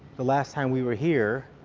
the last time we were here,